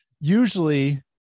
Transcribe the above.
usually